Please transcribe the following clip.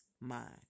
mind